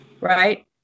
Right